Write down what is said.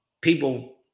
People